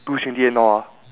two twenty eight now ah